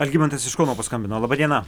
algimantas iš kauno paskambino laba diena